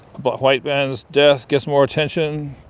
but white man's death gets more attention.